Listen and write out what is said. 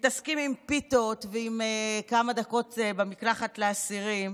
מתעסקים עם פיתות ועם כמה דקות במקלחת לאסירים.